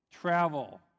Travel